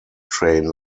train